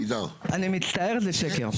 אני מצטער, זה שקר.